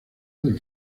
del